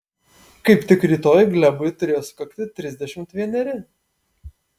kaip tik rytoj glebui turėjo sukakti trisdešimt vieneri